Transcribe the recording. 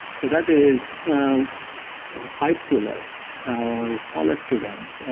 so that is ah high schoolers or college students,